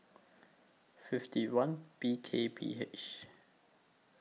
fifty one B K P H